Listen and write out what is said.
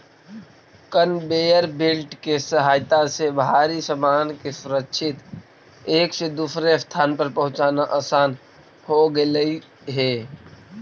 conveyor belt के सहायता से भारी सामान के सुरक्षित एक से दूसर स्थान पर पहुँचाना असान हो गेलई हे